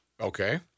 Okay